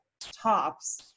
tops